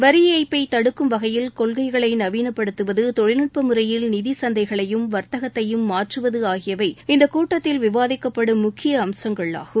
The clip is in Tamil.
வரி ஏய்ப்பை தடுக்கும் வகையில் கொள்கைகளை நவீனப்படுத்துவது தொழில்நுட்ப முறையில் நிதி சந்தைகளையும் வர்த்தகத்தையும் மாற்றுவது ஆகியவை இந்த கூட்டத்தில் விவாதிக்கப்படும் முக்கிய அம்சங்கள் ஆகும்